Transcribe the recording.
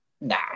Nah